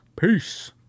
peace